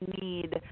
need